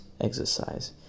exercise